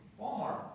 Walmart